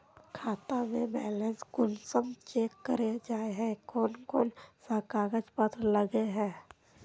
खाता में बैलेंस कुंसम चेक करे जाय है कोन कोन सा कागज पत्र लगे है?